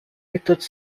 méthodes